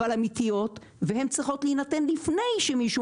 אבל אמתיות והן צריכות להינתן לפני שמישהו